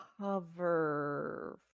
cover